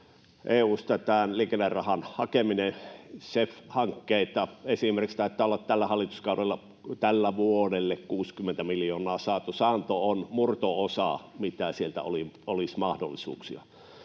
on liikennerahan hakeminen EU:sta. Esimerkiksi CEF-hankkeita taitaa olla tällä hallituskaudella tälle vuodelle 60 miljoonaa saatu. Saanto on murto-osa siitä, mitä sieltä olisi mahdollisuuksia.